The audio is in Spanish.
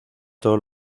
todos